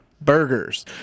Burgers